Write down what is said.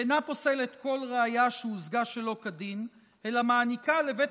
שאינה פוסלת כל ראיה שהושגה שלא כדין אלא מעניקה לבית